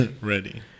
Ready